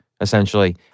Essentially